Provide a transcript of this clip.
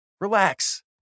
Relax